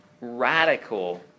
radical